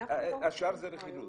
השאר זה רכילות.